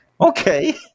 Okay